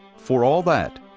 for all that,